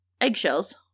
eggshells